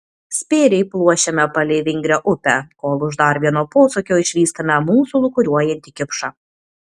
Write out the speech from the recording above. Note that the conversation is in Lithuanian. spėriai pluošiame palei vingrią upę kol už dar vieno posūkio išvystame mūsų lūkuriuojantį kipšą